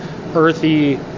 earthy